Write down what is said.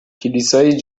کلیسای